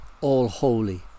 all-holy